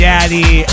Daddy